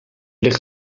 ligt